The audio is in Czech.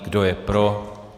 Kdo je pro?